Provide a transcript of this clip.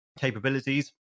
capabilities